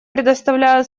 предоставляю